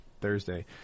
Thursday